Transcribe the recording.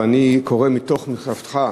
אבל אני קורא מתוך מכתבך,